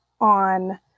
on